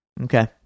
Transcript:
Okay